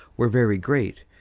were very great,